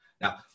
Now